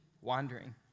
wandering